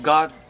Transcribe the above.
God